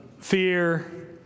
fear